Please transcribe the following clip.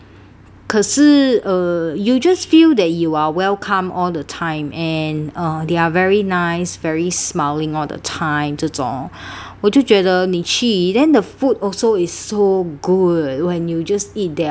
可是 err you just feel that you are welcome all the time and uh they are very nice very smiling all the time 这种我就觉得你去 then the food also is so good when you just eat their